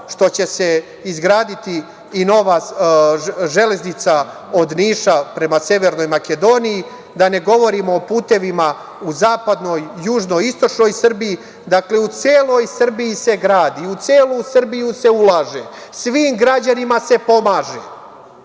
što će se izgraditi i nova železnica od Niša prema Severnoj Makedoniji, da ne govorimo o putevima u zapadnoj, južnoj i istočnoj Srbiji. Dakle, u celoj Srbiji se gradi. U celu Srbiju se ulaže. Svim građanima se pomaže.